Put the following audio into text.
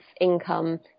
income